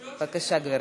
בבקשה, גברתי.